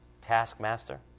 taskmaster